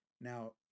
now